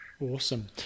Awesome